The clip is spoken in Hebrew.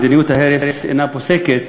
מדיניות ההרס אינה פוסקת,